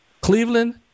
Cleveland